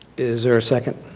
is there a second?